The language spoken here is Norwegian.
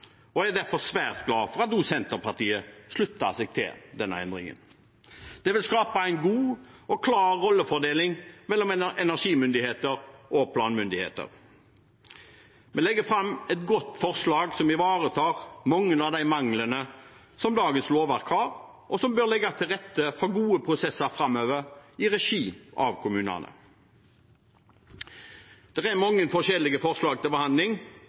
Jeg er derfor svært glad for at Senterpartiet nå slutter seg til denne endringen. Det vil skape god og klar rollefordeling mellom energimyndigheter og planmyndigheter. Vi legger fram et godt forslag som ivaretar mange av manglene som dagens lovverk har, og som bør legge til rette for gode prosesser framover i regi av kommunene. Det er mange forskjellige forslag til behandling,